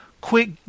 quick